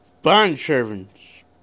Bond-servants